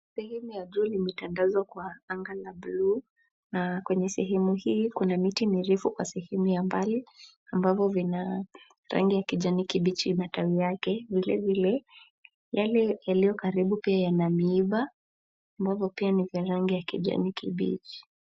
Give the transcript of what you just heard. Sehemu ya juu limetandazwa kwa anga la bluu na kwenye sehemu hii kuna miti mirefu kwa sehemu ya mbali ambavyo vina rangi ya kijani kibichi matawi yake. Vile vile yale yaliyo karibu pia yana miiba ambavyo pia ni vya rangi ya kijani kibichi.